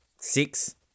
six